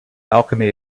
alchemy